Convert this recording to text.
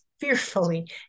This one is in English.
fearfully